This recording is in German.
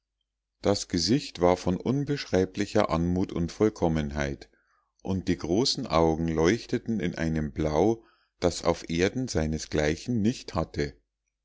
das gesicht war von unbeschreiblicher anmut und vollkommenheit und die großen augen leuchteten in einem blau das auf erden seinesgleichen nicht hatte